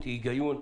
ויותר.